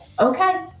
okay